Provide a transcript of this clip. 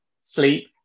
sleep